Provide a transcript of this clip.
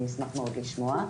אני אשמח מאוד לשמוע,